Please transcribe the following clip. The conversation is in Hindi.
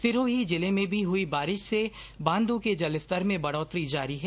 सिरोही जिले में भी हुई बारिश से बांधों के जल स्तर में बढोतरी जारी है